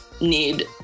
need